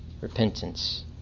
repentance